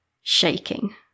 shaking